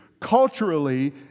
Culturally